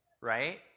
right